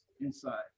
inside